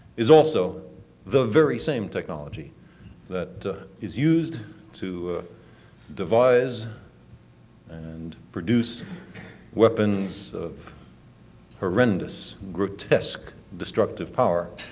is also the very same technology that is used to device and produce weapons of horrendous, grotesque destructive power,